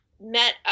met